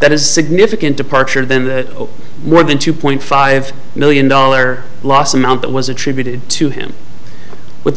that is significant departure then rather than two point five million dollar loss amount that was attributed to him with the